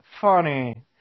funny